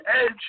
edge